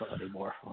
anymore